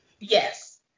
Yes